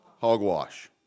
Hogwash